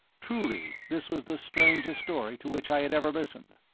truly this was the strangest story to which i had ever listened.